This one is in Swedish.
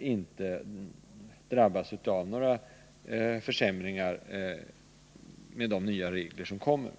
inte drabbas av några försämringar genom de nya regler som införs.